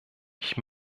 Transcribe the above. ich